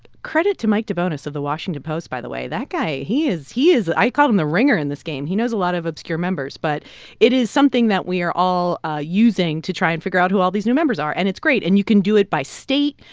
credit to mike debonis of the washington post, by the way. that guy, he is he is i called him the ringer in this game. he knows a lot of obscure members but it is something that we are all ah using to try and figure out who all these new members are. and it's great. and you can do it by state.